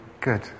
good